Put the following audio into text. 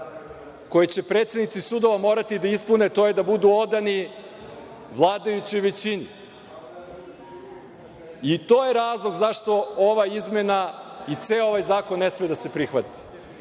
koji će predsednici sudova morati da ispune, to je da budu odani vladajućoj većini, i to je razlog zašto ova izmena i ceo ovaj zakon ne sme da se prihvati.